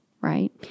Right